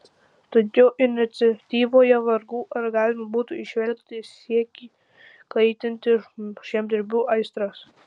tad jo iniciatyvoje vargu ar galima būtų įžvelgti siekį kaitinti žemdirbių aistras